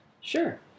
Sure